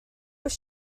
was